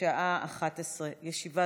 בשעה 11:00. ישיבה